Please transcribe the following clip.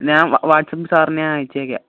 ഞാൻ വാട്സാപ്പിൽ സാറിന് ഞാൻ അയച്ചേക്കാം